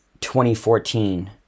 2014